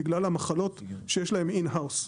בגלל המחלות שיש להם אין האוס.